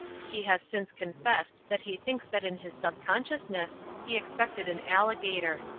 he has since confessed that he thinks that in his subconsciousness he expected an alligator.